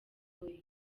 boyz